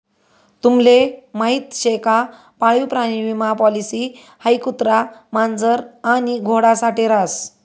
तुम्हले माहीत शे का पाळीव प्राणी विमा पॉलिसी हाई कुत्रा, मांजर आणि घोडा साठे रास